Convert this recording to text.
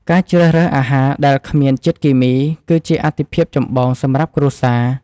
ការជ្រើសរើសអាហារដែលគ្មានជាតិគីមី គឺជាអាទិភាពចម្បងសម្រាប់គ្រួសារ។